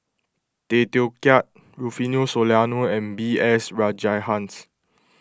Tay Teow Kiat Rufino Soliano and B S Rajhans